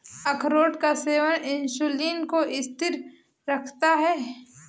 अखरोट का सेवन इंसुलिन को स्थिर रखता है